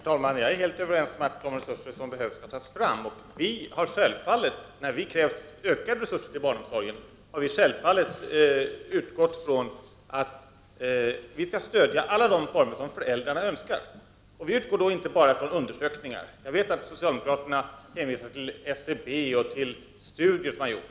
Herr talman! Jag är helt överens om att de resurser som behövs skall tas fram. När vi i folkpartiet har krävt ökade resurser till barnomsorgen har vi självfallet utgått ifrån att alla de former som föräldrarna önskar skall stödjas. Vi utgår då inte bara ifrån undersökningar. Jag vet att socialdemokraterna hänvisar till SCB och till studier som har gjorts.